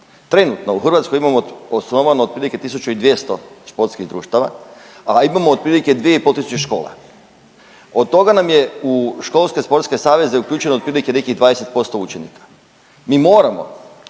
Trenutno u Hrvatskoj imamo osnovano otprilike 1200 športskih društava, a imamo otprilike 2 i pol tisuće škola. Od toga nam je u školske sportske saveze uključeno otprilike nekih 20% učenika. Mi moramo